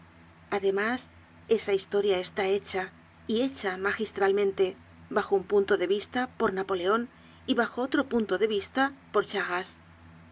además esa historia está hecha y hecha magistralmente bajo un punto de vista por napoleon y bajo otro punto de vista por charras